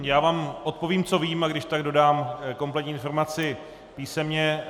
Já vám odpovím, co vím, a když tak dodám kompletní informaci písemně.